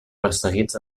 perseguits